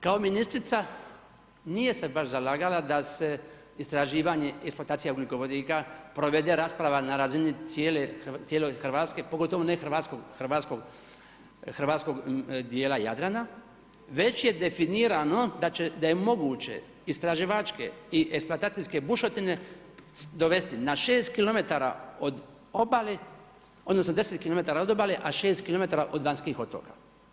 Kao ministrica nije se baš zalagala da se istraživanje eksploatacije ugljikovodika provede rasprava na razine cijele RH, pogotovo ne hrvatskog dijela Jadrana, već je definirano da je moguće istraživačke i eksploatacijske bušotine dovesti na 6 kilometara od obale, odnosno 10 km od obale, a 6 km od vanjskih otoka.